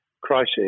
crisis